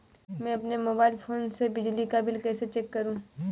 मैं अपने mobile phone से बिजली का बिल कैसे चेक करूं?